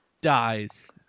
Dies